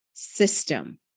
system